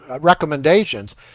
recommendations